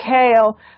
kale